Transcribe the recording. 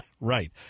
Right